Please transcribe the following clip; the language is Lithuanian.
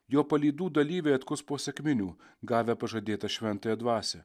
jo palydų dalyviai atkus po sekminių gavę pažadėtą šventąją dvasią